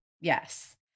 Yes